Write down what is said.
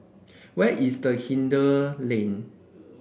where is Hindhede Lane